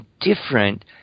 different